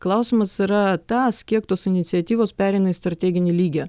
klausimas yra tas kiek tos iniciatyvos pereina į strateginį lygį